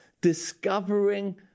discovering